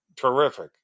Terrific